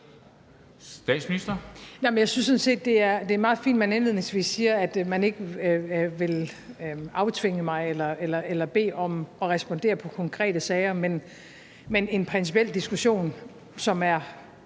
sådan set, det er meget fint, at man indledningsvis siger, at man ikke vil aftvinge mig eller bede mig om at respondere på konkrete sager. Men en principiel diskussion, som er